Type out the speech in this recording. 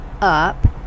up